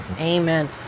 amen